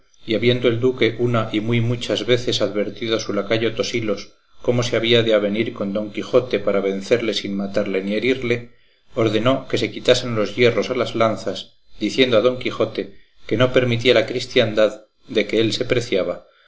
y habiendo el duque una y muy muchas veces advertido a su lacayo tosilos cómo se había de avenir con don quijote para vencerle sin matarle ni herirle ordenó que se quitasen los hierros a las lanzas diciendo a don quijote que no permitía la cristiandad de que él se preciaba